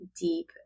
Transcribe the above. deep